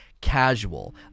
Casual